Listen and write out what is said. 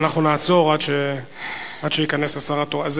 ואנחנו נעצור עד שייכנס השר התורן.